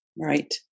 Right